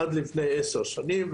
זה היה עד לפני 10 שנים,